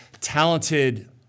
talented